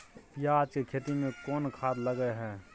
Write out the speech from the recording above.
पियाज के खेती में कोन खाद लगे हैं?